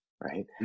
right